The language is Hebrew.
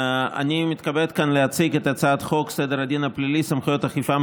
אני מתכבד כאן להציג את הצעת חוק סדר הדין הפלילי (סמכויות אכיפה,